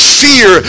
fear